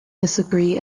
disagree